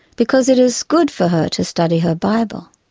because it is good for her to study her bible,